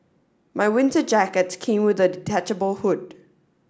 my winter jacket came with a detachable hood